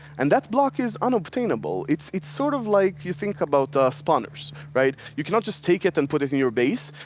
and that block is unobtainable. it's it's sort of like you think about ah spawners, right? you cannot just take it and put it in your vase.